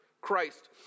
Christ